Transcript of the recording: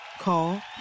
Call